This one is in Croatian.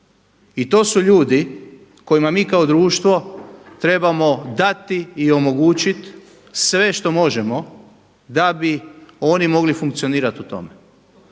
I to su ljudi kojima mi kao društvo trebamo dati i omogućit sve što možemo da bi oni mogli funkcionirati u tome.